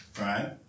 Right